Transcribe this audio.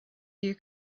you